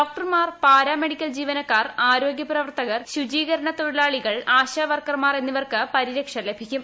ഡോക്ടർമാർ paramedical ജീവനക്കാർ ആരോഗ്യ പ്രവർത്തകർ ശുചീകരണതൊഴിലാളികൾ ആശാ വർക്കർമാർ എന്നിവർക്ക് പരിരക്ഷ ലഭിക്കും